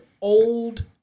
old